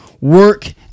work